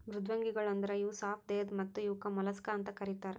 ಮೃದ್ವಂಗಿಗೊಳ್ ಅಂದುರ್ ಇವು ಸಾಪ್ ದೇಹದ್ ಮತ್ತ ಇವುಕ್ ಮೊಲಸ್ಕಾ ಅಂತ್ ಕರಿತಾರ್